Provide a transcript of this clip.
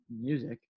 music